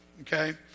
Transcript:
okay